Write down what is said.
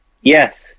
Yes